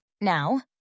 Now